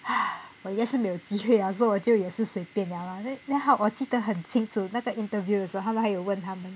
哎我应该是没有机会啊 so 我就也是随便了 lah then 还好我记得很清楚那个 interview 的时候他们还有问他们